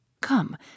Come